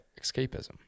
escapism